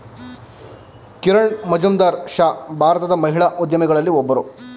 ಕಿರಣ್ ಮಜುಂದಾರ್ ಶಾ ಭಾರತದ ಮಹಿಳಾ ಉದ್ಯಮಿಗಳಲ್ಲಿ ಒಬ್ಬರು